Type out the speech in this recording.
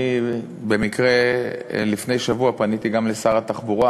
אני, במקרה, לפני שבוע פניתי גם לשר התחבורה: